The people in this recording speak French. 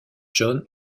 john